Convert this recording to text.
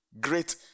great